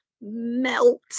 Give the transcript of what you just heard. melt